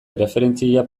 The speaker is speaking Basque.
erreferentzia